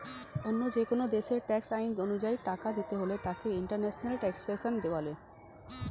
অন্য যেকোন দেশের ট্যাক্স আইন অনুযায়ী টাকা দিতে হলে তাকে ইন্টারন্যাশনাল ট্যাক্সেশন বলে